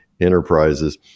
enterprises